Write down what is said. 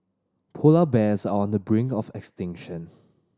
polar bears are on the brink of extinction